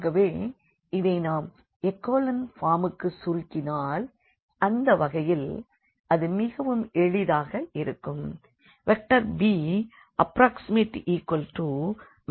ஆகவே இதை நாம் எக்கோலன்பார்முக்கு சுருக்கினால் இந்த வகையில் அது மிகவும் எளிதாய் இருக்கும்